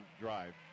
drive